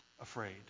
afraid